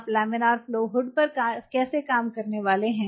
आप laminar flow hood पर कैसे काम करने वाले हैं